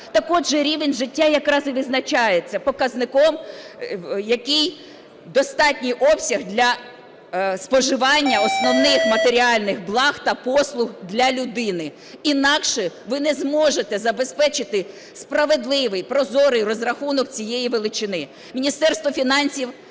Так, отже, рівень життя якраз і визначається показником, який достатній обсяг для споживання основних матеріальних благ та послуг для людини. Інакше ви не зможете забезпечити справедливий, прозорий розрахунок цієї величини.